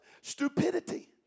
Stupidity